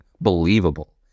believable